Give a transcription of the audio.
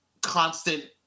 constant